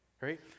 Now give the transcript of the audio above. right